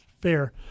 fair